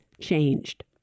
changed